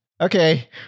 okay